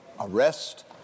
arrest